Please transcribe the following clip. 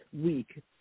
week